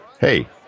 Hey